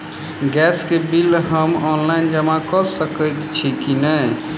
Gas केँ bill हम online जमा कऽ सकैत छी की नै?